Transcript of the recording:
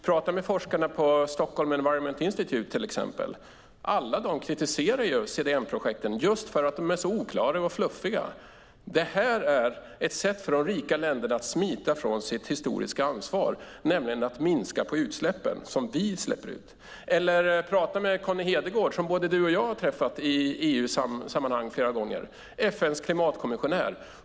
Prata med forskarna på Stockholm Environment Institute till exempel! Alla kritiserar de CDM-projekten just för att de är så oklara och fluffiga. Det här är ett sätt för de rika länderna att smita från sitt historiska ansvar, nämligen att minska våra utsläpp. Prata med Connie Hedegaard, EU:s klimatkommissionär, som både du och jag har träffat i EU-sammanhang flera gånger!